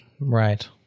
Right